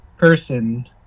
person